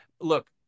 Look